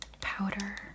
powder